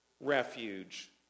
refuge